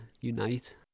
unite